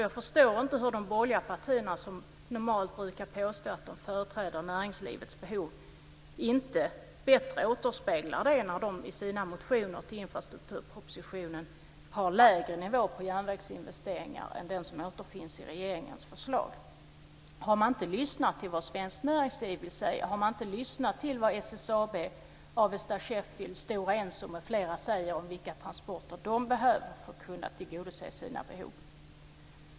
Jag förstår inte hur de borgerliga partier som normalt brukar påstå att de företräder näringslivets behov inte bättre återspeglar det. De har i sina motioner till infrastrukturpropositionen lägre nivå på järnvägsinvesteringar än den som återfinns i regeringens förslag. Har man inte lyssnat till vad Svenskt Näringsliv säger eller vad SSAB, Avesta Sheffield, Stora Enso m.fl. säger om vilka transporter de behöver för att kunna tillgodose sina behov?